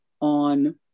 on